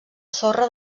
sorra